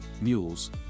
mules